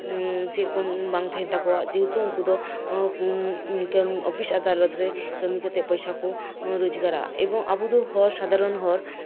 ᱥᱮᱨᱚᱠᱚᱢ ᱵᱟᱝ ᱛᱟᱸᱦᱮᱱ ᱛᱟᱠᱚᱣᱟ ᱡᱮᱦᱮᱛᱩ ᱩᱱᱠᱩ ᱫᱚ ᱚᱯᱷᱤᱥ ᱟᱫᱟᱞᱚᱛ ᱠᱟᱛᱮᱜ ᱯᱚᱭᱥᱟ ᱠᱚ ᱨᱳᱡᱜᱟᱨᱟ ᱮᱵᱚᱝ ᱟᱵᱚ ᱫᱚ ᱦᱚᱲ ᱥᱟᱫᱷᱟᱨᱚᱱ ᱦᱚᱲ